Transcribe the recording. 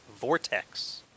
Vortex